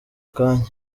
kanya